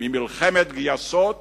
ממלחמת גייסות